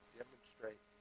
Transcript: demonstrate